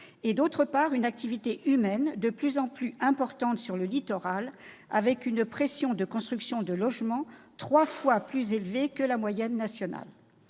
-et, d'autre part, une activité humaine de plus en plus importante sur le littoral, avec une pression sur la construction de logements trois fois plus forte que la moyenne nationale.